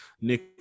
Nick